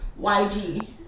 YG